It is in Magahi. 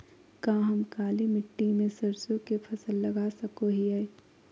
का हम काली मिट्टी में सरसों के फसल लगा सको हीयय?